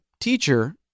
teacher